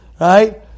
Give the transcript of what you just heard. right